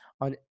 on